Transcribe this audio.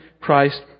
Christ